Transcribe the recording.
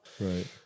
Right